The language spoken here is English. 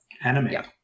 Anime